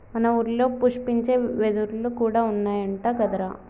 మన ఊరిలో పుష్పించే వెదురులు కూడా ఉన్నాయంట కదరా